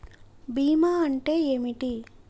బీమా అంటే ఏమిటి?